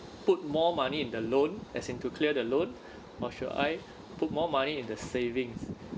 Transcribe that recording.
put more money in the loan as in to clear the loan or should I put more money in the savings